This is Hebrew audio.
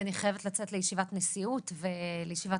כי אני חייבת לצאת לישיבת נשיאות ולישיבת